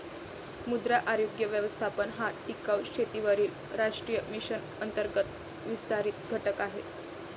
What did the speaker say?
मृदा आरोग्य व्यवस्थापन हा टिकाऊ शेतीवरील राष्ट्रीय मिशन अंतर्गत विस्तारित घटक आहे